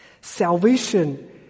Salvation